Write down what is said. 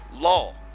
law